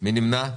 הצבעה אושר.